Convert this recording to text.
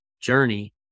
journey